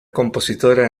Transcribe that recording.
compositora